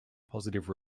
positive